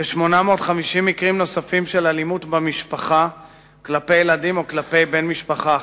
כ-850 מקרים של אלימות במשפחה כלפי ילדים או כלפי בן משפחה אחר.